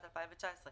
החוק.